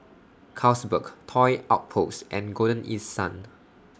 Carlsberg Toy Outpost and Golden East Sun